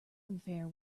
unfair